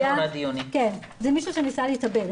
זה מישהו שניסה להתאבד,